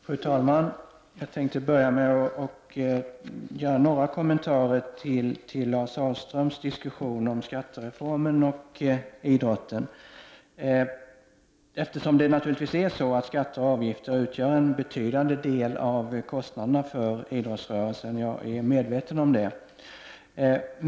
Fru talman! Jag tänkte först ge några kommentarer till Lars Ahlströms diskussion om skattereformen och idrotten. Skatter och avgifter utgör naturligtvis en betydande del av kostnaderna för idrottsrörelsen. Jag är medveten om detta.